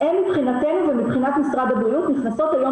הן מבחינתנו ומבחינת משרד הבריאות נכנסות היום